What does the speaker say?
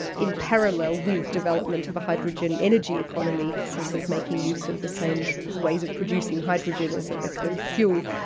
in parallel with development of a hydrogen energy economy, so sort of making use of the same ways of producing hydrogen as a clean fuel,